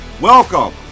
Welcome